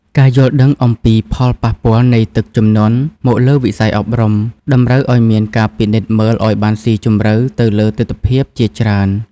ការយល់ដឹងអំពីផលប៉ះពាល់នៃទឹកជំនន់មកលើវិស័យអប់រំ តម្រូវឱ្យមានការពិនិត្យមើលឱ្យបានស៊ីជម្រៅទៅលើទិដ្ឋភាពជាច្រើន។